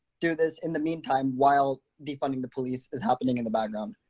do this in the meantime while defunding the police is happening in the background.